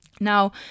Now